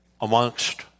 amongst